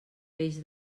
peix